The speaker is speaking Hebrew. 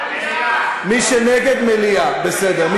מי שנגד, מליאה, בסדר.